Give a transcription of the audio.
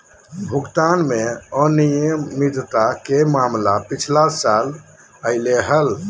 भुगतान में अनियमितता के मामला पिछला साल अयले हल